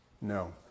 No